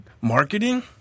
marketing